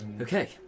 Okay